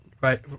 right